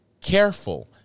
careful